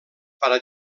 para